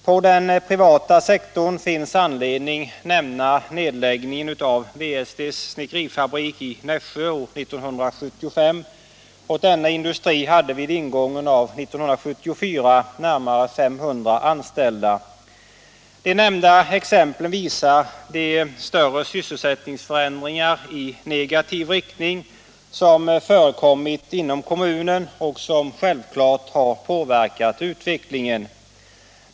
På den privata sektorn finns anledning nämna nedläggningen av WST:s snickerifabrik i Nässjö år 1975. Denna industri hade vid ingången av 1974 närmare 500 anställda. De nämnda exemplen visar de större sysselsättningsförändringar i negativ riktning som förekommit inom kommunen och som självklart har påverkat utvecklingen.